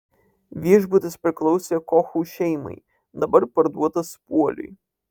viešbutis priklausė kochų šeimai dabar parduotas puoliui